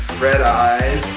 red eyes,